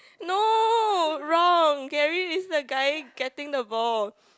no wrong Gary is the guy getting the ball